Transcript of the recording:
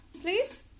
Please